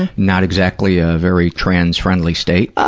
and not exactly a very trans-friendly state.